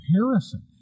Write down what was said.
comparison